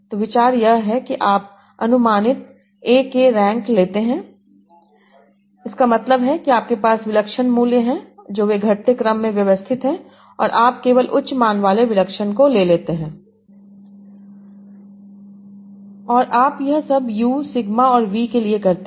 तो विचार यह है कि आप अनुमानित a k रैंक लेते हैं इसका मतलब है कि आपके पास विलक्षण मूल्य हैं जो वे घटते क्रम में व्यवस्थित हैं और आप केवल उच्च मान वाले विलक्षण को ले लेते हैं और आप यह सब u sigma और v के लिए करते हैं